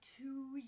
two